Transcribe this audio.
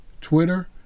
Twitter